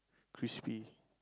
crispy